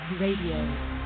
Radio